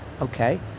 okay